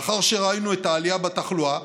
לאחר שראינו את העלייה בתחלואה